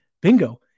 bingo